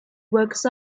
works